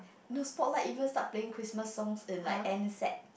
the Spotlight even start playing Christmas songs in like end Sep